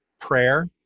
prayer